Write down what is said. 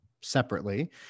separately